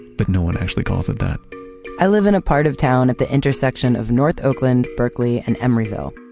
but no one actually calls it that i live in a part of town at the intersection of north oakland, berkeley, and emeryville,